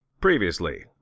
Previously